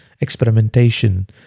experimentation